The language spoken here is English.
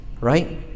right